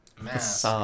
Mass